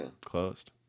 Closed